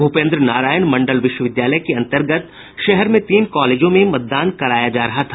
भूपेन्द्र नारायण मंडल विश्वविद्यालय के अन्तर्गत शहर में तीन कॉलेजों में मतदान कराया जा रहा था